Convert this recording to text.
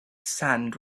sand